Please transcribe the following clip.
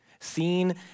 seen